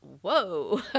whoa